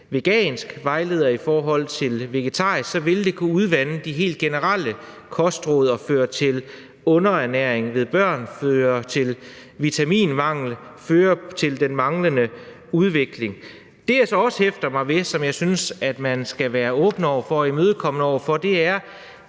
veganske og det vegetariske, så vil kunne udvande de helt generelle kostråd og føre til underernæring hos børn, føre til vitaminmangel, føre til den manglende udvikling. Det, som jeg så også hæfter mig ved, og som jeg synes at man skal være åben over for og imødekommende over for, er jo,